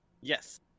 Yes